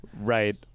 right